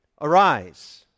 arise